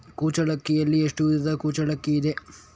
ಕುಚ್ಚಲಕ್ಕಿಯಲ್ಲಿ ಎಷ್ಟು ವಿಧದ ಕುಚ್ಚಲಕ್ಕಿ ಇದೆ?